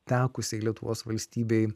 tekusiai lietuvos valstybei